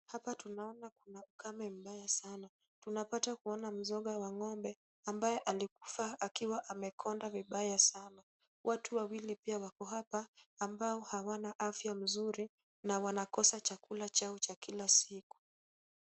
Hapa tunaona kuna ukame mbaya sana .Tunapata kuona mzoga wa ng'ombe ambaye alikufa akiwa amekonda vibaya sana. Watu wawili pia wako hapa ambao hawana afya mzuri na wanakosa chakula chao cha kila siku.